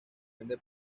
vende